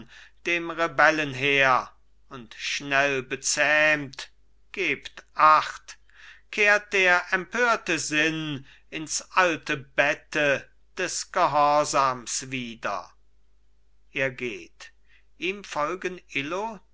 dem rebellenheer und schnell bezähmt gebt acht kehrt der empörte sinn ins alte bette des gehorsams wieder er geht ihm folgen illo